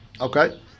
Okay